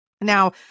now